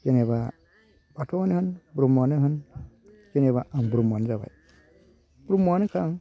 जेनेबा बाथौआनो होन ब्रह्मआनो होन जेनेबा आं ब्रह्मआनो जाबाय ब्रह्मआनोखा आं